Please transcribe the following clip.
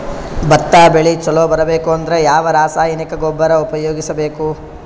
ಭತ್ತ ಬೆಳಿ ಚಲೋ ಬರಬೇಕು ಅಂದ್ರ ಯಾವ ರಾಸಾಯನಿಕ ಗೊಬ್ಬರ ಉಪಯೋಗಿಸ ಬೇಕು?